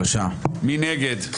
7 נגד,